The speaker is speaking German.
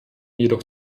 jedoch